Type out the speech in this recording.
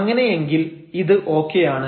അങ്ങനെയെങ്കിൽ ഇത് ഒക്കെയാണ്